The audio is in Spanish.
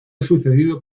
sucedido